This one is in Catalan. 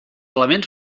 elements